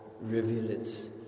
rivulets